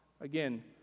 again